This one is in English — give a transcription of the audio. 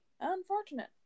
Unfortunate